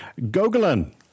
Gogolin